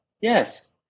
yes